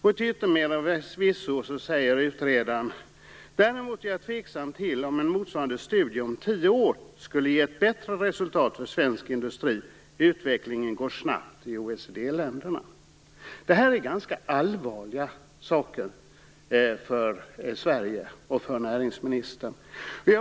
Till yttermera visso säger utredaren: "Däremot är jag tveksam till om en motsvarande studie om tio år skulle ge ett bättre resultat för svensk industri. Utvecklingen går snabbt i OECD-länderna." Det här är ganska allvarliga saker för Sverige och för näringsministern.